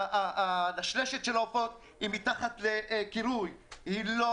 הלשלשת של העופות היא מתחת לקירוי והיא לא